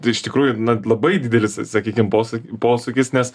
tai iš tikrųjų na labai didelis sakykim posū posūkis nes